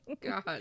God